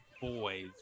boys